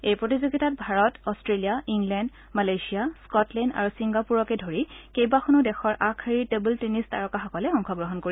এই প্ৰতিযোগিতাত Bharat Australia England Malaysia Scotland আৰু ছিংগাপুৰকে ধৰি কেইবাখনো দেশৰ আগশাৰীৰ টেবুল টেনিছ তাৰকাসকলে অংশগ্ৰহণ কৰিব